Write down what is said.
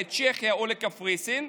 לצ'כיה או לקפריסין,